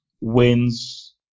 wins